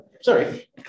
Sorry